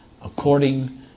according